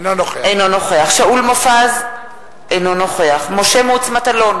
אינו נוכח שאול מופז, אינו נוכח משה מטלון,